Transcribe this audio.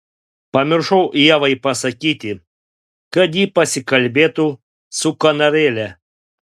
pamiršau ievai pasakyti kad ji pasikalbėtų su kanarėle